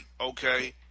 okay